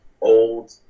old